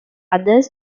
other